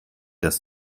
dass